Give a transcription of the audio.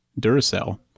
Duracell